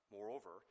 Moreover